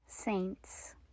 saints